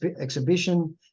exhibition